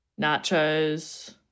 nachos